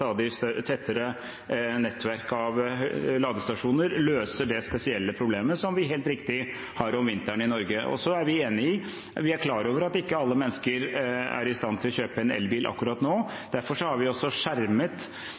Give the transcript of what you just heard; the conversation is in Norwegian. tettere nettverk av ladestasjoner løser det spesielle problemet som vi helt riktig har om vinteren i Norge. Vi er klar over at ikke alle mennesker er i stand til å kjøpe en elbil akkurat nå. Derfor har vi også skjermet